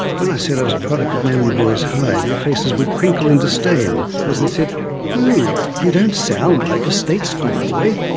when i said i was a product of manly boys' high, their faces would crinkle in disdain as they said ewww, you don't sound like a state school boy.